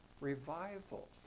revival